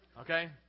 Okay